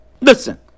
Listen